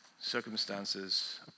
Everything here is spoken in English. Circumstances